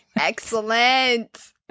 Excellent